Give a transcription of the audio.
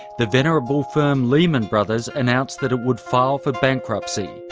the venerable firm lehman brothers announced that it would file for bankruptcy.